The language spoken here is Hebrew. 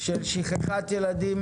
של שכחת ילדים